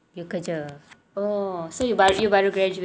you kerja oh so baru graduate also